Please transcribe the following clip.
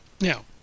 Now